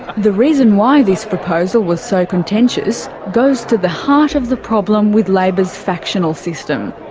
the reason why this proposal was so contentious goes to the heart of the problem with labor's factional system.